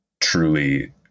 truly